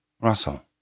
Russell